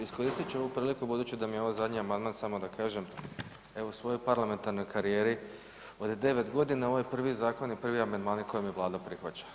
Iskoristit ću ovu priliku budući da mi je ovo zadnji amandman samo da kaže, evo u svojoj parlamentarnoj karijeri od devet godina ovo je prvi zakon i prvi amandmani koje mi Vlada prihvaća.